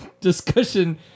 discussion